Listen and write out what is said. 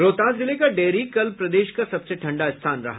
रोहतास जिले का डेहरी कल प्रदेश का सबसे ठंडा स्थान रहा